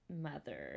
Mother